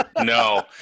no